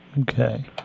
Okay